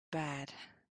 bad